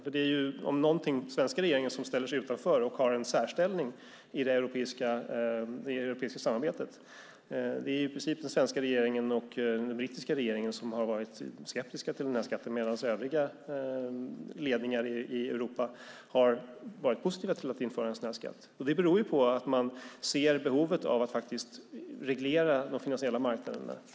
Om det är några så är det den svenska regeringen som ställer sig utanför och har en särställning i det europeiska samarbetet. Det är i princip den svenska regeringen och den brittiska regeringen som har varit skeptiska till den här skatten, medan övriga ledningar i Europa har varit positiva till att införa en sådan skatt. Det beror på att man ser behovet av att reglera de finansiella marknaderna.